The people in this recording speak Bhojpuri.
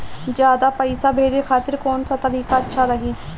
ज्यादा पईसा भेजे खातिर कौन सा तरीका अच्छा रही?